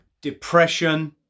depression